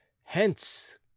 hence